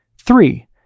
Three